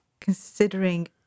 Considering